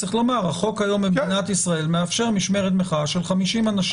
צריך לומר שהחוק היום במדינת ישראל מאפשר משמרת מחאה של 50 אנשים.